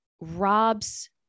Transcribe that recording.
robs